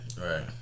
Right